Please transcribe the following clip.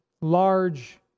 large